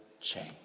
change